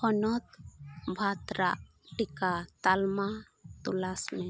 ᱦᱚᱱᱚᱛ ᱵᱷᱚᱫᱨᱚᱠ ᱴᱤᱠᱟᱹ ᱛᱟᱞᱢᱟ ᱛᱚᱞᱟᱥᱢᱮ